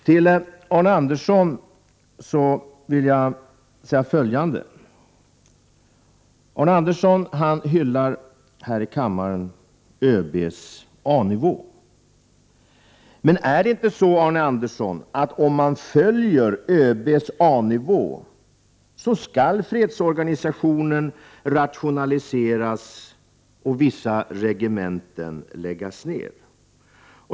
Till Arne Andersson i Ljung vill jag säga följande. Arne Andersson hyllar här i kammaren ÖB:s A-nivå. Men är det inte så, Arne Andersson, att om man följer ÖB:s A-nivå skall fredsorganisationen rationaliseras och vissa regementen läggas ned?